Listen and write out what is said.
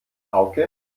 hauke